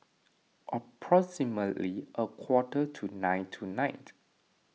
approximately a quarter to nine tonight